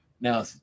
now